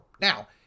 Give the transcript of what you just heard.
Now